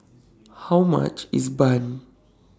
How much IS Bun